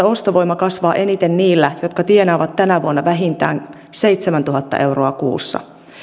ostovoima kasvaa eniten niillä jotka tienaavat tänä vuonna vähintään seitsemäntuhatta euroa kuussa